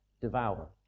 devour